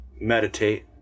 meditate